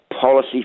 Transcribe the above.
policy